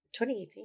2018